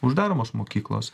uždaromos mokyklos